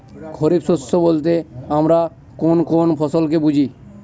খরিফ শস্য বলতে আমরা কোন কোন ফসল কে বুঝি?